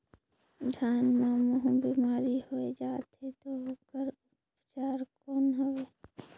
धान मां महू बीमारी होय जाथे तो ओकर उपचार कौन हवे?